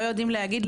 לא יודעים להגיד,